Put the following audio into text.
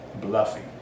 bluffing